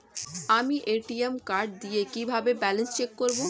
আমি ATM card দিয়ে কিভাবে ব্যালেন্স চেক করব?